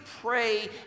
pray